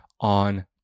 on